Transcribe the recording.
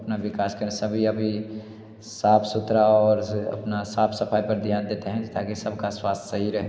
अपना विकास करें सभी अभी साफ़ सुथरा और अपना साफ़ सफ़ाई पर ध्यान देते हैं ताकि सब का स्वास्थ्य सही रहे